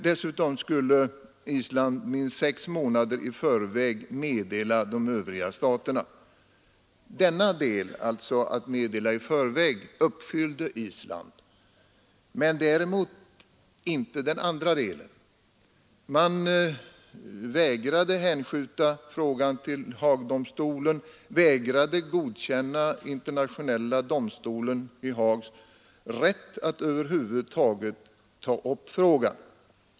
Dessutom skulle Island minst sex månader i förväg lämna meddelande till de övriga staterna. Denna del av överenskommelsen — alltså att lämna meddelande i förväg — uppfyllde Island men däremot inte den andra delen. Man vägrade hänskjuta frågan till Haagdomstolen, vägrade godkänna Internationella domstolens i Haag rätt att över huvud taget ta upp frågan.